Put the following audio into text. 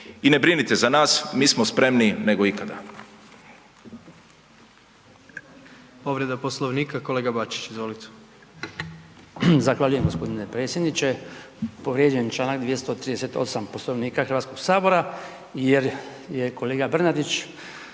I ne brinite za nas, mi smo spremniji nego ikada.